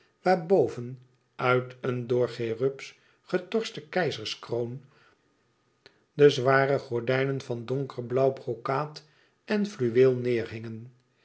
waarboven uit een door cherubs getorste keizerskroon de zware gordijnen van donkerblauw brokaat en fluweel